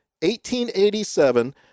1887